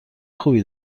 خوبی